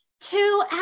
two